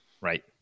Right